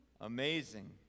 Amazing